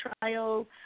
trial